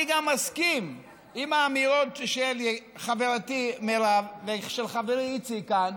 אני גם מסכים עם האמירות של חברתי מירב ושל חברי איציק כאן,